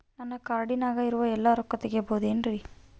ನನ್ನ ಕಾರ್ಡಿನಾಗ ಇರುವ ಎಲ್ಲಾ ರೊಕ್ಕ ತೆಗೆಯಬಹುದು ಏನ್ರಿ?